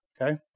okay